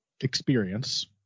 experience